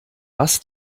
was